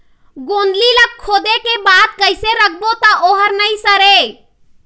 गोंदली ला खोदे के बाद कइसे राखबो त ओहर नई सरे?